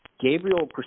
Gabriel